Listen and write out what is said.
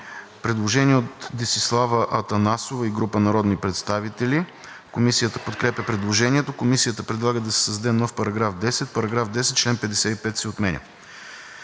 Предложение от Десислава Атанасова и група народни представители. Комисията подкрепя предложението. Комисията предлага да се създаде нов § 10: „§ 10. Член 55 се отменя.“